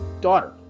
daughter